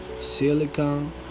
silicon